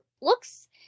looks